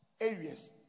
areas